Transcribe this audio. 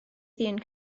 ddyn